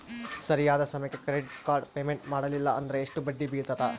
ಸರಿಯಾದ ಸಮಯಕ್ಕೆ credit card payment ಮಾಡಲಿಲ್ಲ ಅಂದ್ರೆ ಎಷ್ಟು ಬಡ್ಡಿ ಬೇಳ್ತದ?